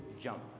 jump